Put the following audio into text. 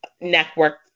network